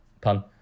pun